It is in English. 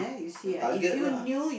the target lah